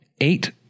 Eight